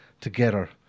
together